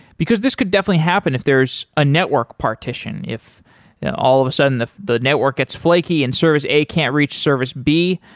because this could definitely happen if there's a network partition. if all of a sudden the the network gets flaky and service a can't reach service b,